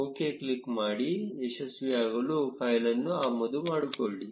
OK click ಮಾಡಿ ಯಶಸ್ವಿಯಾಗಲು ಫೈಲ್ಅನ್ನು ಆಮದು ಮಾಡಿಕೊಳ್ಳಿ